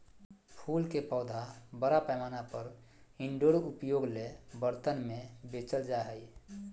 फूल के पौधा बड़ा पैमाना पर इनडोर उपयोग ले बर्तन में बेचल जा हइ